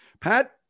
Pat